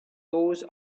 those